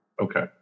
Okay